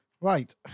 Right